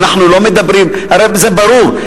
הרי זה ברור.